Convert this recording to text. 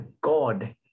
God